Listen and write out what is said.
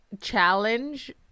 challenge